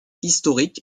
historique